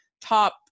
top